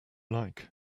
like